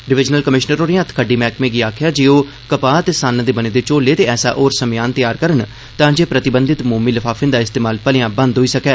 divisional commissioner होरें हत्थखड्डी मैहकमे गी आखेआ जे ओह् कपाह् ते सन्न दे बने दे झोले ते ऐसा होर समेयान तैयार करन ताफ़े प्रतिबधित मोमी लफाफें दा इस्तेमाल भलेआ बव्व होई सकै